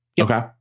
Okay